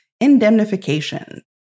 indemnification